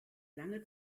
lange